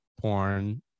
porn